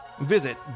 visit